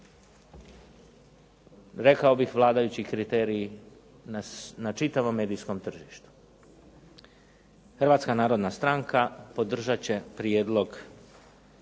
rekao bih, vladajući kriteriji na čitavom medijskom tržištu. Hrvatska narodna stranka podržat će Konačni prijedlog